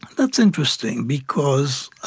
that's interesting, because